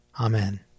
Amen